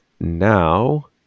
now